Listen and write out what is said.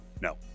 no